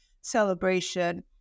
celebration